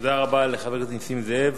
תודה רבה לחבר הכנסת נסים זאב.